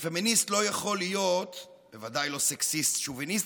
שפמיניסט בוודאי לא יכול להיות סקסיסטי-שוביניסט,